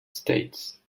states